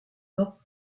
temps